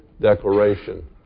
declaration